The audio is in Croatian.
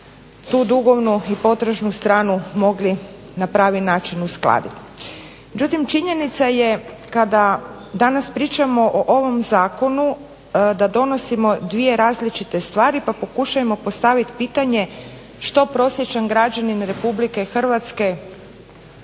tu dugovnu i potražnu stranu mogli na pravi način uskladiti. Međutim, činjenica je kada danas pričamo o ovom zakonu da donosimo dvije različite stvari pa pokušajmo postavit pitanje što prosječan građanin Republike Hrvatske